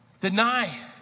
Deny